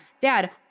Dad